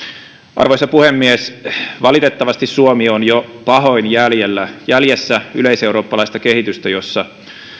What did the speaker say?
arvoisa puhemies valitettavasti suomi on jo pahoin jäljessä jäljessä yleiseurooppalaista kehitystä jossa